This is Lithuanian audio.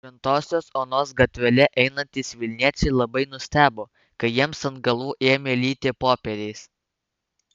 šventosios onos gatvele einantys vilniečiai labai nustebo kai jiems ant galvų ėmė lyti popieriais